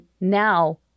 now—